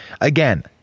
again